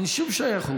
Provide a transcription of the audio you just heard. אין שום שייכות.